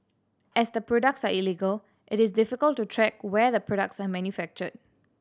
as the products are illegal it is difficult to track where the products are manufactured